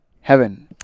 heaven